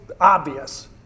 obvious